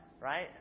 right